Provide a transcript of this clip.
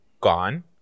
gone